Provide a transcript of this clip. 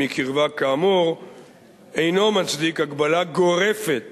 מקרבה כאמור אינו מצדיק הגבלה גורפת